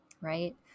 right